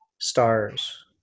stars